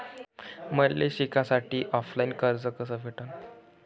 मले शिकासाठी ऑफलाईन कर्ज भेटन का?